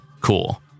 Cool